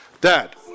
Dad